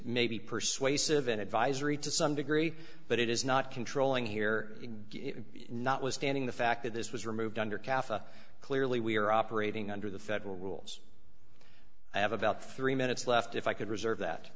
maybe persuasive an advisory to some degree but it is not controlling here notwithstanding the fact that this was removed under katha clearly we are operating under the federal rules i have about three minutes left if i could reserve that